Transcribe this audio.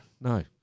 No